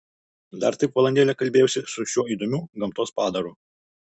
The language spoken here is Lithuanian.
dar taip valandėlę kalbėjausi su šiuo įdomiu gamtos padaru